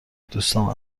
دوستام